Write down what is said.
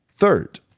Third